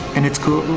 and it's cool.